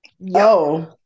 Yo